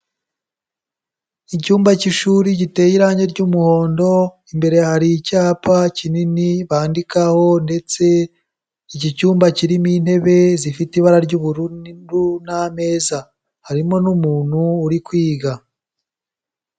Icyumba cy'ishuri giteye irange ry'umuhondo, imbere hari icyapa kinini bandikaho ndetse iki cyumba kirimo intebe zifite ibara ry'ubururu n'ameza, harimo n'umuntu uri kwiga.